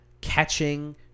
catching